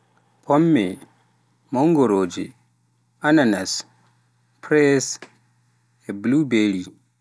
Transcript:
Pomme, Mangoroje, Ananas, Fraise, Bluberry